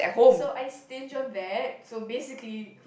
so I stinge on that so basically